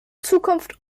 zukunft